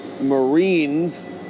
Marines